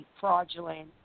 fraudulent